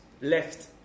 left